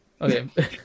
Okay